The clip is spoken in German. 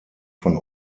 von